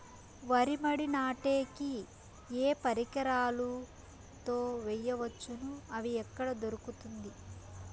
వరి మడి నాటే కి ఏ పరికరాలు తో వేయవచ్చును అవి ఎక్కడ దొరుకుతుంది?